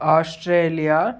Australia